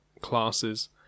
classes